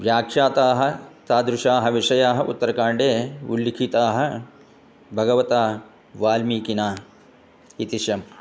व्याख्याताः तादृशाः विषयाः उत्तरकाण्डे उल्लिखिताः भगवता वाल्मीकिना इति शम्